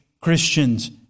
Christians